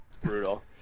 Brutal